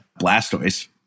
Blastoise